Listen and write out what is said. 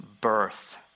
birth